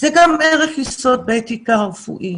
זה גם ערך יסוד באתיקה הרפואית